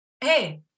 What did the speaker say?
hey